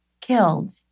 killed